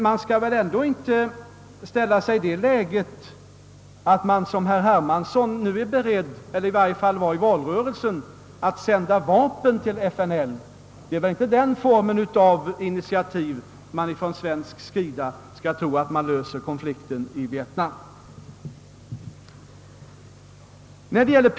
Däremot bör man inte ta en sådan ställning att man, som herr Hermansson i varje fall under valrörelsen ville, är beredd att sända vapen till FNL. Det är inte med den formen av initiativ man från svensk sida skall tro att konflikten i Vietnam kan lösas.